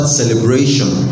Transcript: celebration